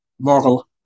moral